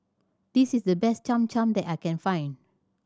this is the best Cham Cham that I can find